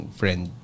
friend